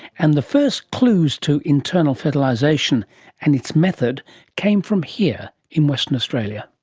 and the first clues to internal fertilisation and its method came from here in western australia.